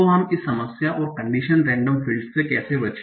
तो हम इस समस्या और कन्डिशन रेंडम फील्डस से कैसे बचें